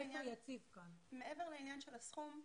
מעבר לעניין של הסכום,